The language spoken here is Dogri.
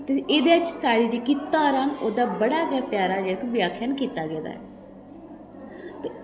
ते एह्दे च साढ़ियां जेह्ड़ियां धारां न ओह्दा बड़ा गै प्यारा बखान कीता गेदा ऐ